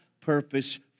purpose